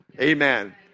Amen